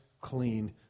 clean